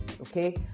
okay